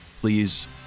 Please